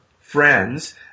friends